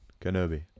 Kenobi